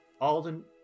Alden